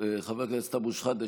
חבר הכנסת אבו שחאדה,